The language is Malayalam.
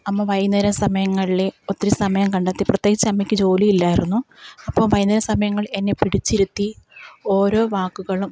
അമ്മ വൈകുന്നേരസമയങ്ങളിൽ ഒത്തിരി സമയം കണ്ടെത്തി പ്രത്യേകിച്ച് അമ്മക്ക് ജോലി ഇല്ലായിരുന്നു അപ്പോൾ വൈകുന്നേര സമയങ്ങളില് എന്നെ പിടിച്ചിരുത്തി ഓരോ വാക്കുകളും